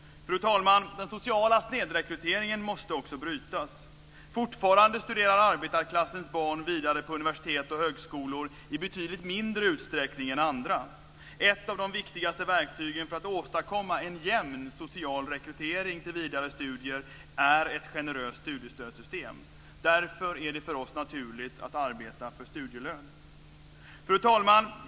Fru talman! Den sociala snedrekryteringen måste också brytas. Fortfarande studerar arbetarklassens barn vidare på universitet och högskolor i betydligt mindre utsträckning är andra. Ett av de viktigaste verktygen för att åstadkomma en jämn social rekrytering till vidare studier är ett generöst studiestödssystem. Därför är det för oss naturligt att arbeta för studielön. Fru talman!